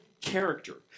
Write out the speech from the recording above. character